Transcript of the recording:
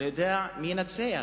אני לא יודע מי ינצח.